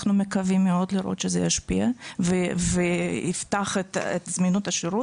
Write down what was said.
אנחנו מקווים מאוד לראות שזה ישפיע ויפתח את זמינות השירות.